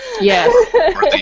Yes